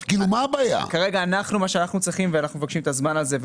כרגע מה שאנחנו מבקשים זה את הזמן הזה.